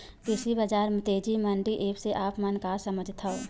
कृषि बजार तेजी मंडी एप्प से आप मन का समझथव?